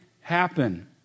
happen